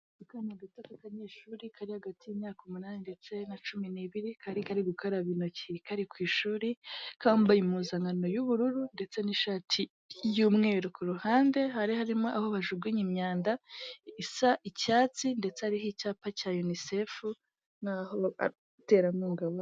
Akaba gato k'akanyeshuri kari hagati y'imyaka umunani ndetse na cumi n'biri, kari kari gukaraba intoki kari ku ishuri kambaye impuzankano y'ubururu ndetse n'ishati y'umweru. Kuruhande hari harimo aho bajugunya imyanda isa n'icyatsi, ndetse hari icyapa cya UNICEF n'abaterankunga.